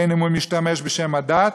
בין אם הוא משתמש בשם הדת